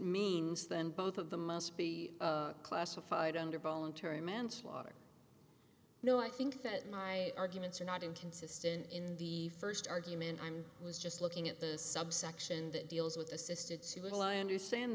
means then both of them must be classified under voluntary manslaughter no i think that my arguments are not inconsistent in the first argument i'm was just looking at the subsection that deals with assisted suicide law understand